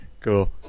Cool